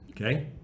Okay